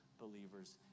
believers